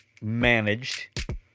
Managed